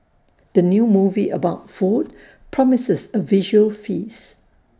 the new movie about food promises A visual feast